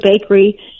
bakery